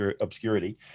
obscurity